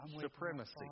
supremacy